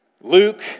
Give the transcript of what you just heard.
Luke